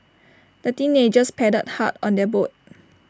the teenagers paddled hard on their boat